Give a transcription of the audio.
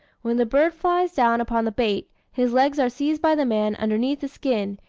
when the bird flies down upon the bait, his legs are seized by the man underneath the skin,